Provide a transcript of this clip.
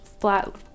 flat